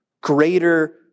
greater